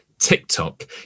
TikTok